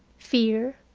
fear,